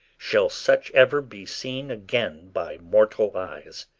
shall such ever be seen again by mortal eyes.